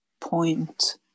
point